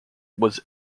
was